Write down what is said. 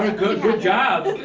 ah good good job,